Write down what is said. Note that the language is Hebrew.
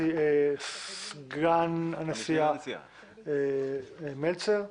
סגן הנשיאה, מלצר.